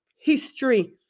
history